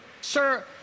Sir